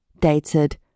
dated